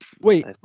Wait